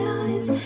eyes